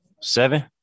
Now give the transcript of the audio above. Seven